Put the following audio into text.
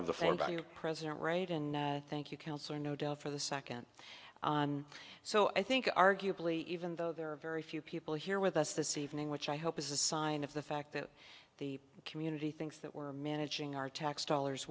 value president reagan thank you for the second so i think arguably even though there are very few people here with us this evening which i hope is a sign of the fact that the community thinks that we're managing our tax dollars